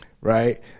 right